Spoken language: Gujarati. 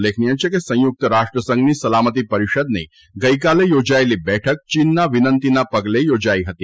ઉલ્લેખનીય છે કે સંયુકત રાષ્ટ્રસંઘની સલામતિ પરિષદની ગઇકાલે યોજાયેલી બેઠક યીનની વિનંતીના પગલે યોજાઇ હતી